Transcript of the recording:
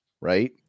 Right